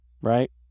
right